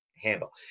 Handle